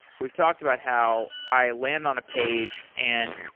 we've talked about how i land on a page and,